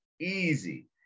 Easy